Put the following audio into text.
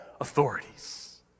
authorities